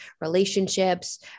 relationships